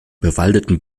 bewaldeten